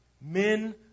Men